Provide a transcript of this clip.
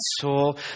soul